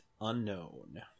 unknown